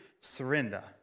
surrender